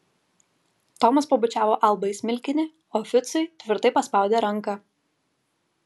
tomas pabučiavo albą į smilkinį o ficui tvirtai paspaudė ranką